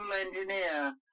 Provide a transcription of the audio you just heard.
engineer